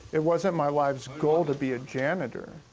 it wasn't my life's goal to be a janitor.